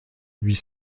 huit